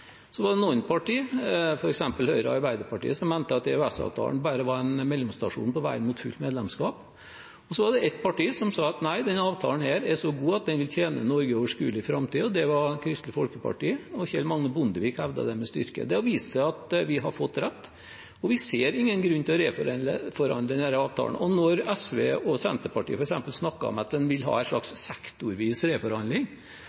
Så var det noen partier, f.eks. Høyre og Arbeiderpartiet, som mente at EØS-avtalen bare var en mellomstasjon på veien mot fullt medlemskap. Og så var det ett parti som sa: Nei, denne avtalen er så god at den vil tjene Norge i overskuelig framtid. Det var Kristelig Folkeparti, og Kjell Magne Bondevik hevdet det med styrke. Det har vist seg at vi har fått rett, og vi ser ingen grunn til å reforhandle denne avtalen. Når SV og Senterpartiet f.eks. snakker om at de vil ha en